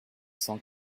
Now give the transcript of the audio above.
cent